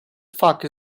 fuck